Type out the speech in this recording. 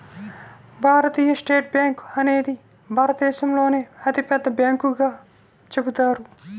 భారతీయ state bank అనేది భారతదేశంలోనే అతిపెద్ద బ్యాంకుగా చెబుతారు